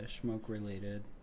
smoke-related